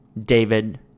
David